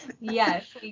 Yes